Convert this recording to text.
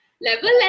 level